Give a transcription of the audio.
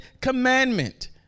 Commandment